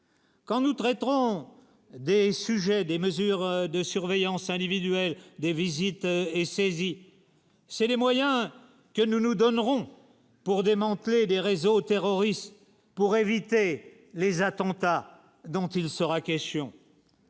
Quand nous traiterons des sujets, des mesures de surveillance individuelle des visites et saisi, c'est les moyens que nous nous donnerons pour démanteler des réseaux terroristes. Invité : les attentats dont il sera question